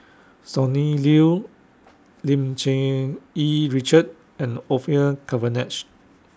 Sonny Liew Lim Cherng Yih Richard and Orfeur Cavenagh